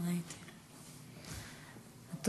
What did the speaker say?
ההצעה להעביר את הנושא לוועדת הפנים והגנת הסביבה נתקבלה.